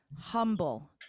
humble